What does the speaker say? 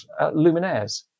luminaires